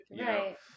right